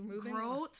Growth